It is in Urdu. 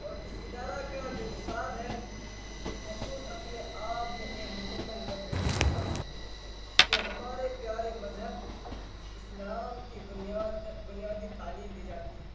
اور اس ادارہ کا جو نصاب ہے وہ خود اپنے آپ میں ایک مکمل مذہبی نصاب ہے جو ہمارے پیارے مذہب اسلام کی بنیاد بنیادی تعلیم دی جاتی ہے